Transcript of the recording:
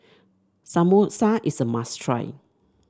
samosa is a must try